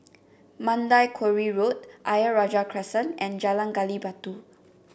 Mandai Quarry Road Ayer Rajah Crescent and Jalan Gali Batu